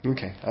Okay